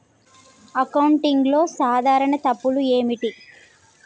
అకౌంటింగ్లో సాధారణ తప్పులు ఏమిటి?